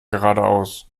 geradeaus